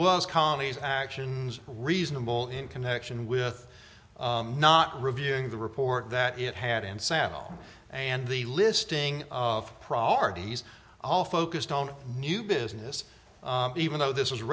was commies actions reasonable in connection with not reviewing the report that it had in seattle and the listing of properties all focused on new business even though this was